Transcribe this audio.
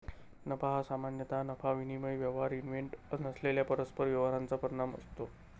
नफा हा सामान्यतः नफा विनिमय व्यवहार इव्हेंट नसलेल्या परस्पर व्यवहारांचा परिणाम असतो